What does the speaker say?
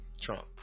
Trump